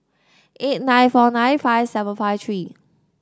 eight nine four nine five seven five three